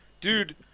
Dude